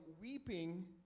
weeping